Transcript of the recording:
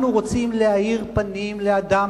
אנחנו רוצים להאיר פנים לאדם